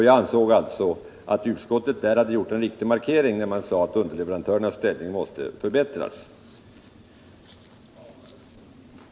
Jag ansåg att utskottet gjort en riktig markering genom att säga att underleverantörernas ställning måste förbättras.